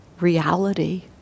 reality